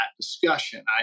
discussion